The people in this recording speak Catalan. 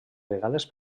vegades